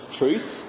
truth